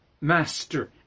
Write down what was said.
master